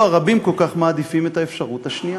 רבים כל כך מעדיפים את האפשרות השנייה.